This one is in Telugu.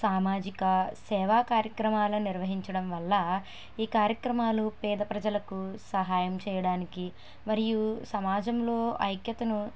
సామాజిక సేవా కార్యక్రమాల నిర్వహించడం వల్ల ఈ కార్యక్రమాలు పేద ప్రజలకు సహాయం చేయడానికి మరియు సమాజంలో ఐక్యతను